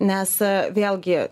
nes vėlgi